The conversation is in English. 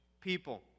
people